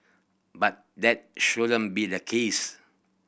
but that shouldn't be the case